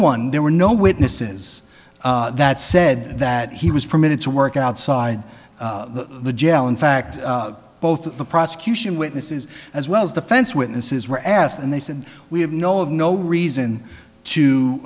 one there were no witnesses that said that he was permitted to work outside the jail in fact both the prosecution witnesses as well as the fence witnesses were asked and they said we have no of no reason to